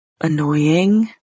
annoying